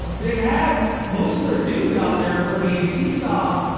ah they've had most of their dudes out there for the seesaw.